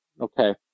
Okay